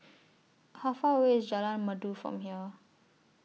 How Far away IS Jalan Merdu from here